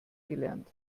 gelernt